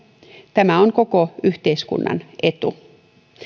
tämä on koko yhteiskunnan etu